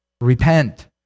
Repent